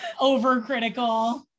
overcritical